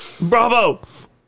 Bravo